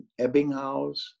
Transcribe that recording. Ebbinghaus